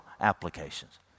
applications